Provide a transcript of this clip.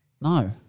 No